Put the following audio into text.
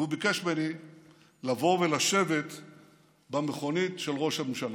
והוא ביקש ממני לבוא ולשבת במכונית של ראש הממשלה.